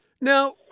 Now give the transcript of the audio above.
Now